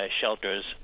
shelters